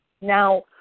Now